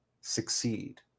succeed